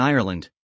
Ireland